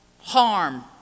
harm